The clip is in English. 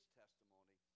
testimony